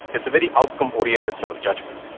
it's a very outcome-oriented sort of judgement.